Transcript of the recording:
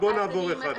בוא נעבור אחד אחד.